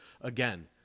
Again